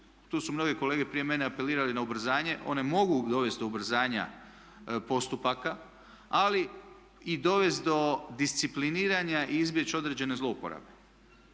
tu su mnoge kolege prije mene apelirali na ubrzanje, one mogu dovesti do ubrzanja postupaka ali i dovesti do discipliniranja i izbjeći određene zlouporabe